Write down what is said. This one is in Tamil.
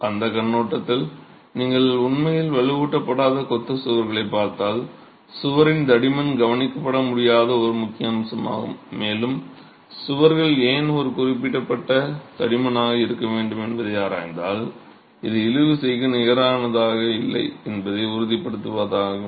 அந்த கண்ணோட்டத்தில் நீங்கள் உண்மையில் வலுவூட்டப்படாத கொத்து சுவர்களைப் பார்த்தால் சுவரின் தடிமன் கவனிக்கப்பட முடியாத ஒரு முக்கிய அம்சமாகும் மேலும் சுவர்கள் ஏன் ஒரு குறிப்பிட்ட தடிமனாக இருக்க வேண்டும் என்பதை ஆராய்ந்தால் இது இழுவிசைக்கு நிகரானது இல்லை என்பதை உறுதிப்படுத்துவதாகும்